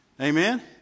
Amen